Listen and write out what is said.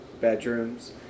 bedrooms